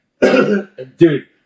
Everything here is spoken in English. Dude